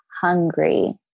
hungry